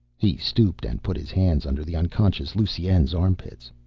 he stooped and put his hands under the unconscious lusine's armpits.